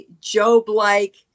Job-like